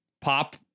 Pop